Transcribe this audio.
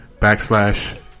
backslash